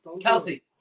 Kelsey